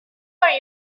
are